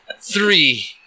three